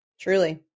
truly